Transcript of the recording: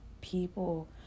people